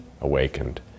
awakened